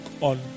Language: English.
on